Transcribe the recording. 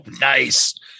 Nice